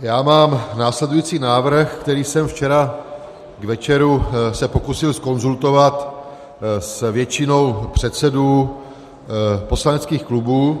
Já mám následující návrh, který jsem včera k večeru se pokusil zkonzultovat s většinou předsedů poslaneckých klubů.